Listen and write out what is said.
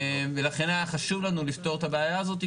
ולכן היה חשוב לנו לפתור את הבעיה הזאת,